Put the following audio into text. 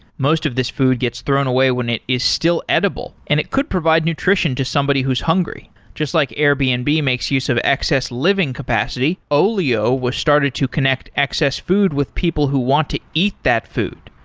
most of this food gets thrown away when it is still edible, and it could provide nutrition to somebody who's hungry, just like airbnb and makes use of excess living capacity, olio was started to connect excess food with people who want to eat that food.